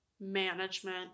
management